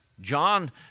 John